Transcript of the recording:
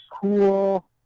cool